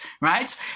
right